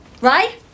Right